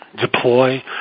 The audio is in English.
deploy